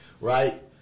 right